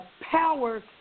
power